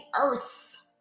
earth